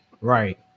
Right